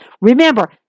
remember